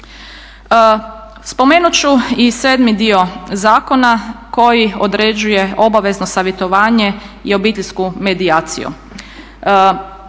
Spomenut ću i sedmi dio zakona koji određuje obavezno savjetovanje i obiteljsku medijaciju.